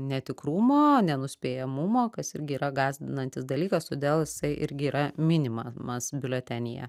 netikrumo nenuspėjamumo kas irgi yra gąsdinantis dalykas todėl jisai irgi yra minima mas biuletenyje